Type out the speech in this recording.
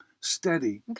steady